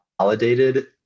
validated